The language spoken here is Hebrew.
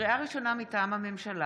לקריאה ראשונה, מטעם הממשלה: